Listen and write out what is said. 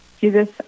Jesus